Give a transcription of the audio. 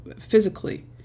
physically